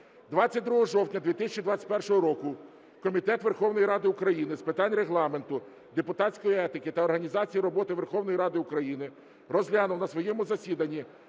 22 жовтня 2021 року Комітет Верховної Ради України з питань Регламенту, депутатської етики та організації роботи Верховної Ради України розглянув на своєму засіданні